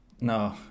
No